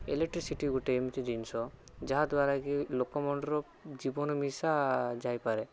electricity ଗୋଟେ ଏମିତି ଜିନିଷ ଯାହାଦ୍ଵାରାକି ଲୋକମାନଙ୍କର ଜୀବନ ମିଶା ଯାଇପାରେ